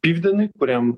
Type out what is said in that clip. pivdenui kuriam